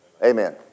Amen